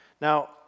Now